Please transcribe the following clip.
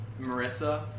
Marissa